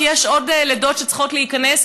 כי יש עוד לידות שצריכות להיכנס,